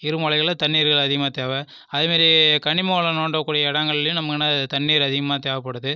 இரும்பு ஆலைகளில் தண்ணீர் அதிகமாக தேவை அதே மாரி கனிம வளம் தோண்டகூடிய இடங்கள்ளையும் நமக்கு என்னது தண்ணீர் அதிகமாக தேவைப்படுது